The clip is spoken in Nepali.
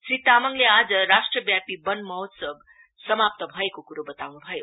श्री तामाङले आज राष्ट्रव्यापी वन महोत्सव समाप्त भएको कुरो बताउनु भयो